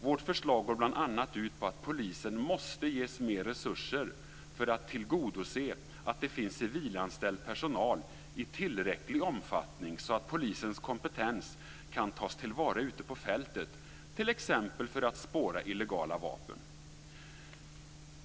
Vårt förslag går bl.a. ut på att polisen måste ges mer resurser för att tillgodose att det finns civilanställd personal i tillräcklig omfattning så att polisens kompetens kan tas till vara ute på fältet, t.ex. för att spåra illegala vapen.